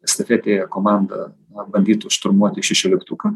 estafetėje komanda bandytų šturmuoti šešioliktuką